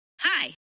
Hi